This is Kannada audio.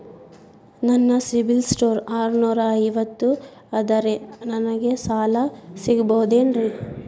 ನನ್ನ ಸಿಬಿಲ್ ಸ್ಕೋರ್ ಆರನೂರ ಐವತ್ತು ಅದರೇ ನನಗೆ ಸಾಲ ಸಿಗಬಹುದೇನ್ರಿ?